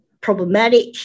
problematic